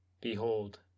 Behold